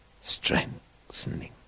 strengthening